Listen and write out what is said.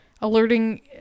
alerting